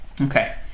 Okay